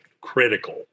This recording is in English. critical